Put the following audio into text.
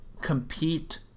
compete